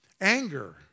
Anger